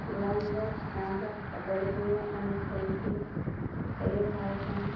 লং jump high jump সকলোখিনিয়ে আমি খেলিছিলোঁ খেলি ভাল পাওঁ